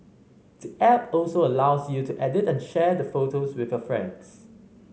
the app also allows you to edit and share the photos with your friends